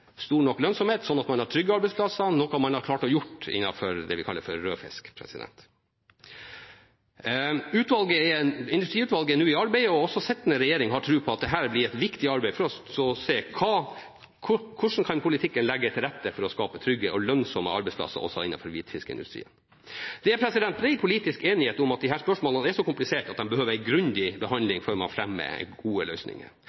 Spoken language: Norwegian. stor nok lønnsomhet til at man har trygge arbeidsplasser, noe man har klart å gjøre når det gjelder det vi kaller rødfisk. Industriutvalget er nå i arbeid, og også den sittende regjering har tro på at dette er et viktig arbeid for å se hvordan politikken kan legge til rette for å skape trygge og lønnsomme arbeidsplasser også i hvitfiskindustrien. Det er bred politisk enighet om at disse spørsmålene er så kompliserte at de behøver en grundig behandling før man fremmer gode løsninger.